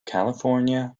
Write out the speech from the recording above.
california